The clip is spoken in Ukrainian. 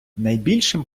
найбільшим